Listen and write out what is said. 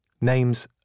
names